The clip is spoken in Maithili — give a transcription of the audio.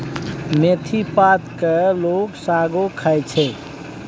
मेथी पात केर लोक सागो खाइ छै